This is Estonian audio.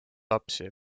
lapsi